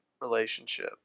relationship